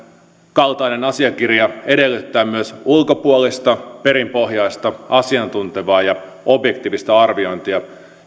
kaltainen asiakirja edellyttää myös ulkopuolista perinpohjaista asiantuntevaa ja objektiivista arviointia